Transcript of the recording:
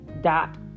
dot